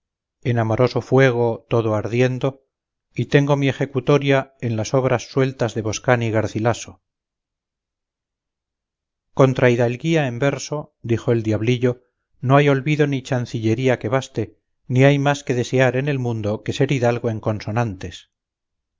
en amoroso fuego todo ardiendo y tengo mi ejecutoria en las obras sueltas de boscán y garcilaso contra hidalguía en verso dijo el diablillo no hay olvido ni chancillería que baste ni hay más que desear en el mundo que ser hidalgo en consonantes